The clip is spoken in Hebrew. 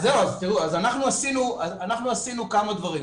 תראו, אנחנו עשינו כמה דברים.